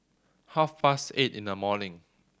half past eight in the morning